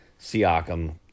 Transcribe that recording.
Siakam